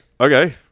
okay